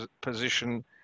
position